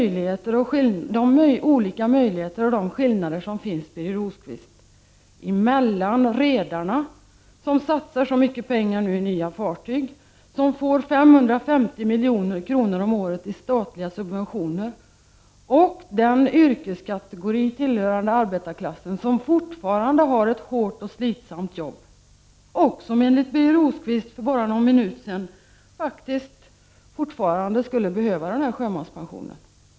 Jag talar i stället om de skillnader som finns mellan redarna, som satsar mycket pengar i nya fartyg och får 550 milj.kr. om året i statliga subventioner, och den yrkeskategori tillhörande arbetarklassen som fortfarande har ett hårt och slitsamt jobb och som — även enligt Birger Rosqvist, för bara någon minut sedan — faktiskt fortfarande behöver den här sjömanspensionen.